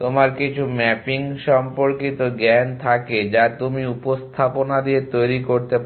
তোমার কিছু ম্যাপিং সম্পর্কিত জ্ঞান থাকে যা তুমি উপস্থাপনা দিয়ে তৈরি করতে পারো